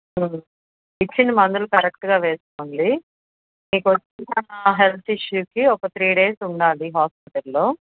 ఇచ్చిన మందులు కరెక్ట్గా వేసుకోండి మీకు వచ్చిన హెల్త్ ఇష్యూస్కి ఒక త్రీ డేస్ ఉండాలి హాస్పిటల్లో